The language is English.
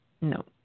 No